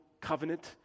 covenant